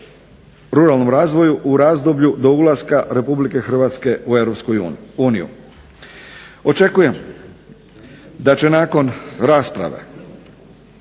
ruralnom razvoju u razdoblju do ulaska Republike Hrvatske u Europsku uniju. Očekujem da će se nakon rasprave